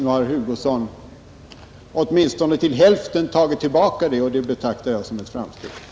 Nu har herr Hugosson åtminstone till hälften tagit tillbaka den, och det betraktar jag som ett framsteg.